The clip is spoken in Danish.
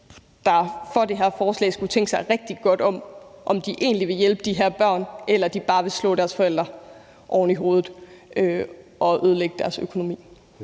er for det her forslag, skulle tænke sig rigtig godt om, om de egentlig vil hjælpe de her børn eller de bare vil slå deres forældre oven i hovedet og ødelægge deres økonomi.